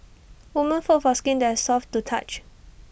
woman foe for skin that's soft to the touch